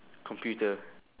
computer